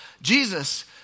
Jesus